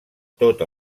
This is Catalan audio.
tota